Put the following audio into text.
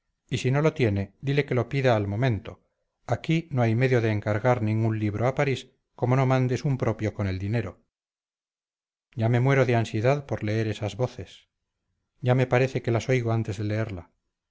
y si no lo tiene dile que lo pida al momento aquí no hay medio de encargar ningún libro a parís como no mandes un propio con el dinero ya me muero de ansiedad por leer esas voces ya me parece que las oigo antes de leerlas